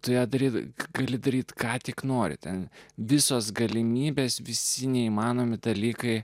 toje drevėje gali daryti ką tik nori ten visos galimybės visi neįmanomi dalykai